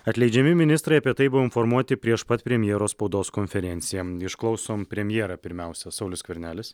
atleidžiami ministrai apie tai buvo informuoti prieš pat premjero spaudos konferenciją išklausom premjerą pirmiausia saulius skvernelis